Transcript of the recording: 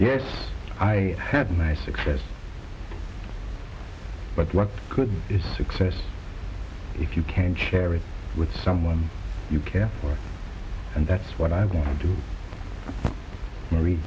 yes i had my success but what good is success if you can share it with someone you care for and that's what i wanted to read